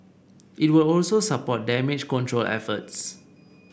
it will also support damage control efforts